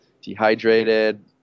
dehydrated